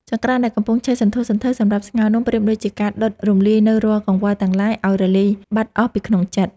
ចង្ក្រានដែលកំពុងឆេះសន្ធោសន្ធៅសម្រាប់ស្ងោរនំប្រៀបដូចជាការដុតរំលាយនូវរាល់កង្វល់ទាំងឡាយឱ្យរលាយបាត់អស់ពីក្នុងចិត្ត។